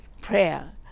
prayer